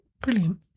Brilliant